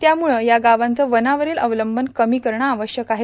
त्यामुळे या गावांचं वनावरील अवलंब कमी करणं आवश्यक आहे